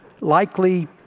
likely